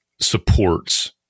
supports